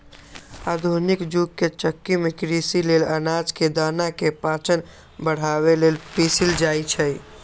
आधुनिक जुग के चक्की में कृषि लेल अनाज के दना के पाचन बढ़ाबे लेल पिसल जाई छै